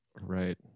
Right